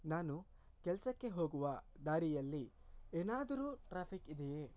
ನಾನು ಕೆಲಸಕ್ಕೆ ಹೋಗುವ ದಾರಿಯಲ್ಲಿ ಏನಾದರೂ ಟ್ರಾಫಿಕ್ ಇದೆಯೇ